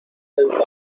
hobart